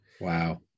Wow